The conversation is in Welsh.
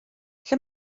ble